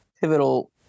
pivotal